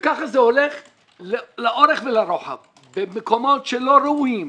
וככה זה הולך לאורך ולרוחב במקומות שלא ראויים.